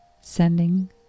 sending